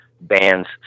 bands